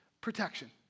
protection